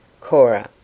Cora